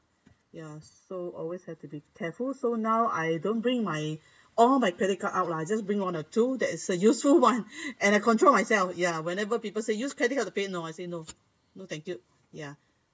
ya so always have to be careful so now I don't bring my all my credit card out lah I just bring one or two that is a useful [one] and I control myself ya whenever people say use credit card to pay no I say no no thank you ya